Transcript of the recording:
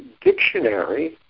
dictionary